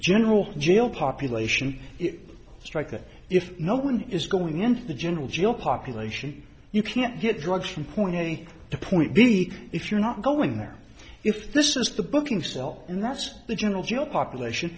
general jail population strike that if no one is going into the general jail population you can't get drugs from point a to point b if you're not going there if this is the booking cell and that's the general jail population